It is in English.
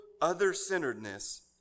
other-centeredness